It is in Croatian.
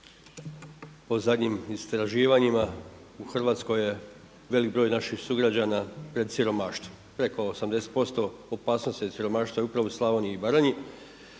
Po zadnjim istraživanjima u Hrvatskoj je velik broj naših sugrađana pred siromaštvom, preko 80% opasnost od siromaštva je upravo u Slavoniji i Baranji,